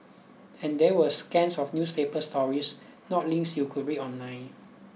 and they were scans of newspaper stories not links you could read online